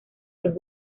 los